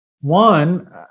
One